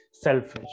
selfish